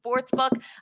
Sportsbook